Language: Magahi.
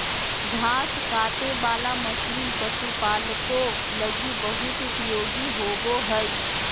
घास काटे वाला मशीन पशुपालको लगी बहुत उपयोगी होबो हइ